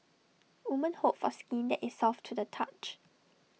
women hope for skin that is soft to the touch